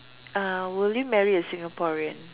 uh will you marry a Singaporean